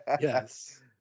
Yes